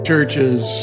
Churches